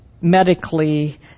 medically